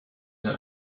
mir